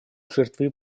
жертвой